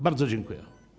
Bardzo dziękuję.